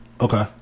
Okay